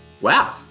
Wow